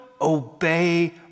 obey